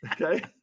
Okay